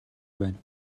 байна